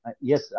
Yes